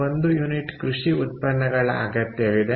1 unit ಕೃಷಿ ಉತ್ಪನ್ನಗಳ ಅಗತ್ಯವಿದೆ